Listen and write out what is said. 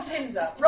Tinder